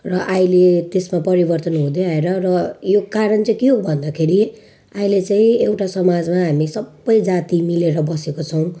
र अहिले त्यसमा परिवर्तन हुँदैआएर र यो कारण चाहिँ के हो भन्दाखेरि अहिले चाहिँ एउटा समाजमा हामी सबै जाति मिलेर बसेका छौँ